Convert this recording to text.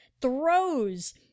throws